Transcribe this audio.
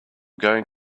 going